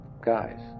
guys